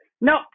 No